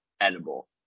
edible